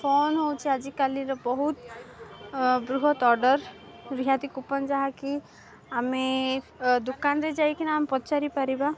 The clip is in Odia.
ଫୋନ୍ ହେଉଛି ଆଜିକାଲିର ବହୁତ ବୃହତ ଅର୍ଡ଼ର୍ ରିହାତି କୁପନ ଯାହାକି ଆମେ ଦୋକାନରେ ଯାଇକିନା ଆମେ ପଚାରିପାରିବା